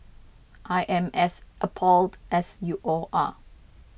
I am as appalled as you all are